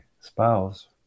spouse